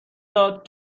داد